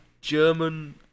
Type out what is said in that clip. German